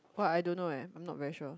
!wah! I don't know eh I'm not very sure